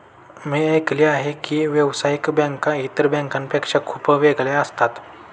मी ऐकले आहे की व्यावसायिक बँका इतर बँकांपेक्षा खूप वेगळ्या असतात